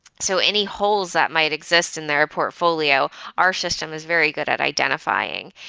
so any holes that might exist in their portfolio, our system is very good at identifying.